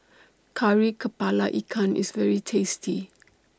Kari Kepala Ikan IS very tasty